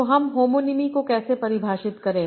तो हम होमोनीमी को कैसे परिभाषित करें